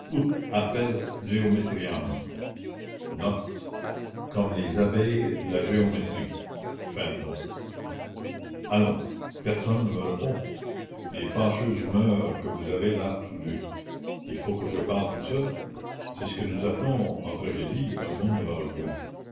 geometriam allons personne ne me répond les fâcheuses humeurs que vous avez là tous deux il faut que je parle tout seul c'est ce que nous appelons en tragédie un monologue